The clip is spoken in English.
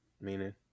meaning